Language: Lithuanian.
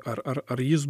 ar ar ar jis